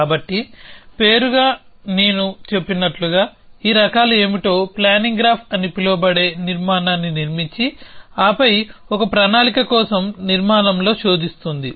కాబట్టి పేరుగా నేను చెప్పినట్లుగా ఈ రకాలు ఏమిటో ప్లానింగ్ గ్రాఫ్ అని పిలువబడే నిర్మాణాన్ని నిర్మించి ఆపై ఒక ప్రణాళిక కోసం నిర్మాణంలో శోధిస్తుంది